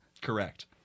Correct